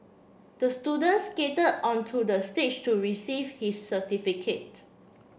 the student skated onto the stage to receive his certificate